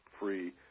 free